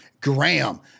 Graham